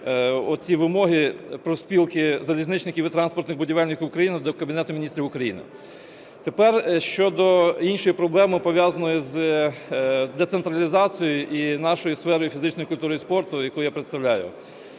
оці вимоги профспілки залізничників і транспортних будівельників України до Кабінету Міністрів України. Тепер щодо іншої проблеми, пов'язаної з децентралізацією і нашою сферою фізичної культури і спорту, яку я представляю.